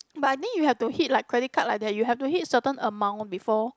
but I think you have to hit like credit card like that you have to hit certain amount before